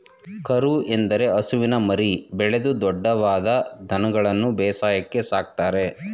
ಕರು ಎಂದರೆ ಹಸುವಿನ ಮರಿ, ಬೆಳೆದು ದೊಡ್ದವಾದ ದನಗಳನ್ಗನು ಬೇಸಾಯಕ್ಕೆ ಸಾಕ್ತರೆ